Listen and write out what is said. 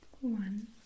one